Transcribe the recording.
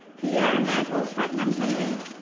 pierre michael putnam henry.